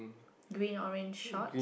green orange short